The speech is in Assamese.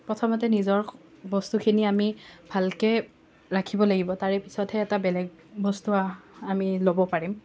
প্ৰথমতে নিজৰ বস্তুখিনি আমি ভালকৈ ৰাখিব লাগিব তাৰে পিছতহে বেলেগ এটা বস্তু আমি ল'ব পাৰিম